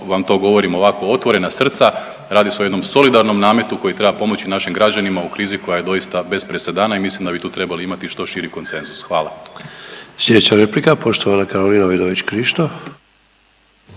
vam to govorim ovako otvorena srca, radi se o jednom solidarnom nametu koji treba pomoći našim građanima u krizi koja je doista bez presedana i mislim da bi tu trebali imati što širi konsenzus, hvala. **Sanader, Ante (HDZ)** Slijedeća replika poštovana Karolina Vidović Krišto.